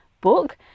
book